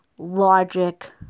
logic